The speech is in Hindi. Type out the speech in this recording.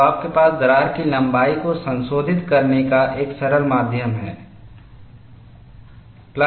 तो आपके पास दरार की लंबाई को संशोधित करने का एक सरल माध्यम है